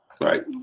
Right